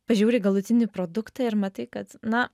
pažiūri į galutinį produktą ir matai kad na